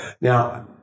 Now